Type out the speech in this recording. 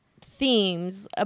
themes